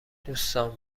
دوستان